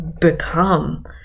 become